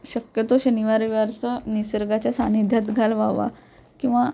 शक्यतो शनिवार रविवारचं निसर्गाच्या सानिध्यात घालवावा किंवा